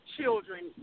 children